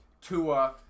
Tua